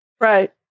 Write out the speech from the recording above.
Right